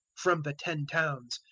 from the ten towns,